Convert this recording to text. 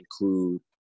include